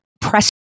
press